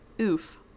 Oof